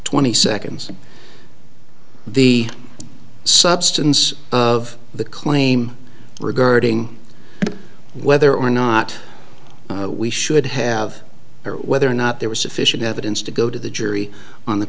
twenty seconds the substance of the claim regarding whether or not we should have or whether or not there was sufficient evidence to go to the jury on the